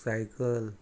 cycle